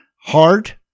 heart